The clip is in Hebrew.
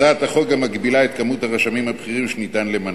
הצעת החוק גם מגבילה את כמות הרשמים הבכירים שניתן למנות.